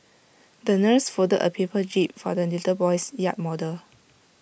the nurse folded A paper jib for the little boy's yacht model